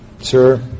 Sir